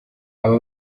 aba